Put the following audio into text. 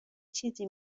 چیزی